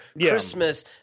Christmas